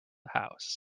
house